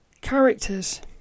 characters